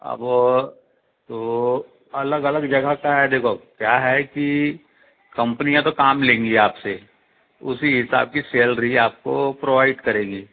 अब तो अलग अलग जगह का है देखो क्या हैं की कंपनियाँ तो काम लेंगी आपसे उसी हिसाब की सैलरी आपको प्रोवाइड करेगी